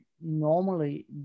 normally